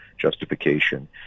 justification